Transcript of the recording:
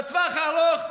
בטווח הארוך,